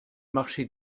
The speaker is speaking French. marché